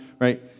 right